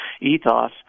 ethos